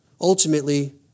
ultimately